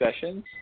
sessions